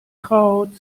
traut